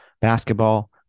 basketball